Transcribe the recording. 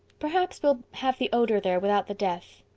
perhaps we'll have the odor there without the death.